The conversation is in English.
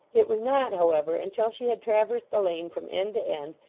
it was not, however, until she had traversed the lane from end to end,